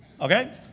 Okay